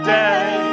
day